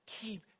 keep